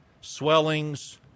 swellings